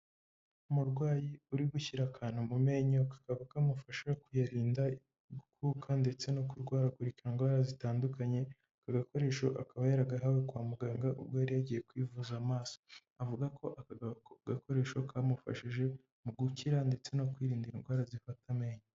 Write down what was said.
Umurwayi uri gushyira akantu mu menyo kakaba kamufasha kuyarinda gukuka ndetse no kurwaragurika indwara zitandukanye aka gakoresho akaba yaragahawe kwa muganga ubwo yari yagiye kwivuza amaso avuga ko gakoresho kamufashije mu gukira ndetse no kwirinda indwara zifata amenyo.